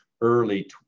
early